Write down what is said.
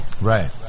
Right